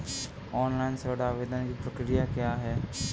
Online ऋण आवेदन की प्रक्रिया क्या है?